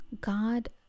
God